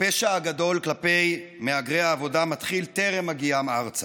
הפשע הגדול כלפי מהגרי העבודה מתחיל טרם הגיעם ארצה.